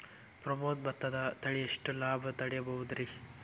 ಪ್ರಮೋದ ಭತ್ತದ ತಳಿ ಎಷ್ಟ ಲಾಭಾ ಮಾಡಬಹುದ್ರಿ?